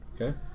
Okay